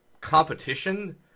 competition